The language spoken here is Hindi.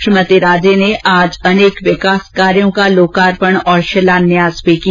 श्रीमती राजे ने आज ै अनेक विकास कार्यों का लोकार्पण और शिलान्यास भी किया